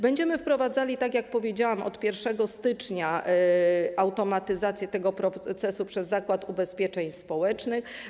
Będziemy wprowadzali, tak jak powiedziałam, od 1 stycznia automatyzację tego procesu przez Zakład Ubezpieczeń Społecznych.